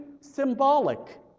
symbolic